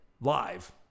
live